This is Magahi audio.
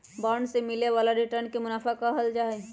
बांड से मिले वाला रिटर्न के मुनाफा कहल जाहई